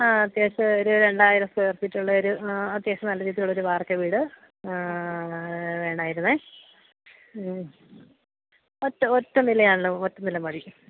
ആ അത്യാവശ്യം ഒരു രണ്ടായിരം സ്ക്വയർ ഫീറ്റൊള്ളൊരു അത്യാവശ്യം നല്ല രീതിയിലുള്ളൊരു വാർക്ക വീട് വേണമായിരുന്നു ഒറ്റ ഒറ്റ നിലയാണല്ലോ ഒറ്റ നില മതി